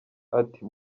ati